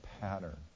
pattern